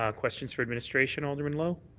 ah questions for administration, alderman lowe?